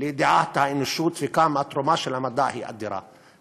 לידיעת האנושות, והתרומה של המדע היא אדירה.